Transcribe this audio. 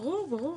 ברור, ברור.